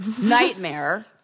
nightmare